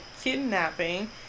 kidnapping